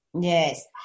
yes